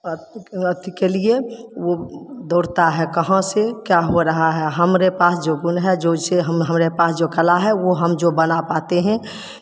अथि अथि के लिए वो दौड़ता है कहाँ से क्या हो रहा है हमरे पास जो गुण है जोसे हम हमरे पास जो कला है वो हम जो बना पाते हैं